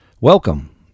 Welcome